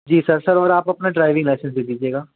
जी sir sir और आप अपना ड्राइविंग लाइसेन्स दे दीजिएगा